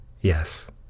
Yes